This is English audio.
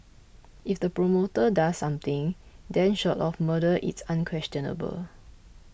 if the promoter does something then short of murder it's unquestionable